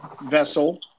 vessel